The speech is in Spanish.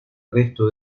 resto